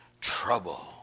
trouble